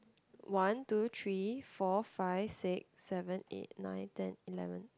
one two three four five six seven eight nine ten eleven